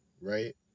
right